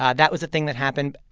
um that was a thing that happened.